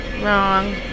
wrong